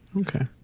Okay